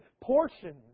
portions